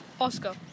Oscar